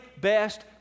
best